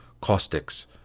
caustics